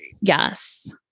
Yes